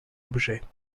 objets